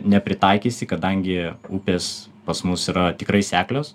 nepritaikysi kadangi upės pas mus yra tikrai seklios